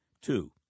Two